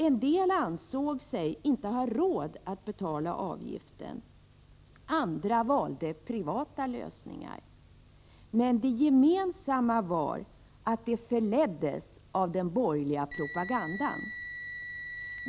En del ansåg sig inte ha råd att betala avgiften. Andra valde privata lösningar. Men det gemensamma var att de förleddes av den borgerliga propagandan.